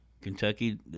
Kentucky